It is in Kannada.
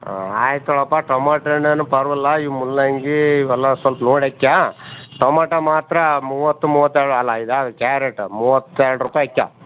ಹಾಂ ಆಯ್ತು ತೊಗೊಳಪ್ಪ ಟೊಮೋಟೋ ಹಣ್ಣು ಏನು ಪರ್ವಲ್ಲ ಈ ಮೂಲಂಗಿ ಇವೆಲ್ಲ ಸ್ವಲ್ಪ ನೋಡಿ ಹಕ್ಕೋ ಟಮೋಟೋ ಮಾತ್ರ ಮೂವತ್ತು ಮೂವತ್ತೆರಡು ಅಲ್ಲ ಇದು ಕ್ಯಾರೆಟು ಮೂವತ್ತೆರಡು ರೂಪಾಯಿ ಹಕ್ಕೋ